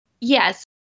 Yes